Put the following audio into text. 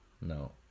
No